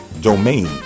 domain